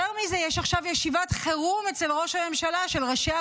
יותר מזה, יש עכשיו ישיבת חירום של ראשי הקואליציה